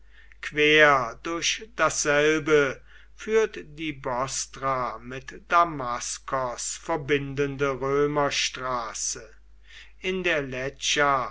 quer durch dasselbe führt die bostra mit damaskos verbindende römerstraße in der